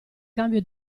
cambio